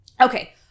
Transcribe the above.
okay